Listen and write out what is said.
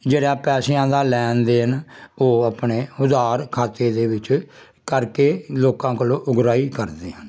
ਜਿਹੜਾ ਪੈਸਿਆਂ ਦਾ ਲੈਣ ਦੇਣ ਉਹ ਆਪਣੇ ਉਧਾਰ ਖਾਤੇ ਦੇ ਵਿੱਚ ਕਰਕੇ ਲੋਕਾਂ ਕੋਲੋਂ ਉਗਰਾਹੀ ਕਰਦੇ ਹਨ